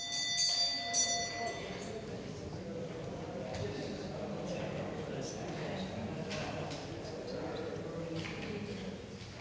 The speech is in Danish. Tak.